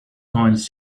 coins